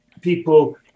people